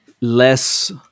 less